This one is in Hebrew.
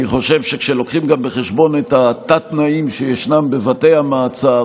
אני חושב שכשמביאים בחשבון גם את התת-תנאים שישנם בבתי המעצר,